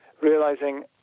realizing